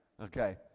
Okay